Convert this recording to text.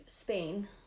Spain